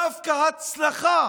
דווקא הצלחה